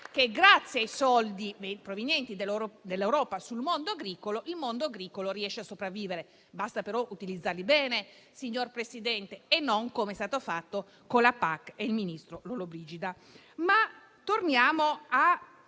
che grazie ai soldi provenienti dall'Europa sul mondo agricolo, il mondo agricolo riesce a sopravvivere. Basta però utilizzarli bene, signor Presidente, non com'è stato fatto con la PAC e il ministro Lollobrigida. Torniamo a